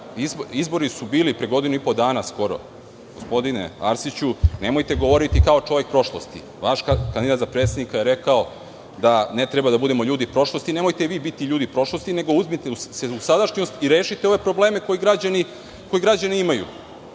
izbori su bili pre godinu i po dana skoro, gospodine Arsiću, nemojte govoriti kao čovek prošlosti. Vaš kandidat za predsednika je rekao da ne trebamo da budemo ljudi prošlosti, nemojte ni vi biti ljudi prošlosti nego uzmite se u sadašnjost i rešite ove probleme koje građani imaju,